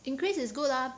increase is good ah